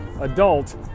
adult